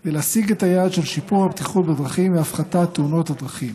כדי להשיג את היעד של שיפור הבטיחות בדרכים והפחתת תאונות הדרכים.